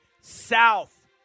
South